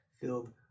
filled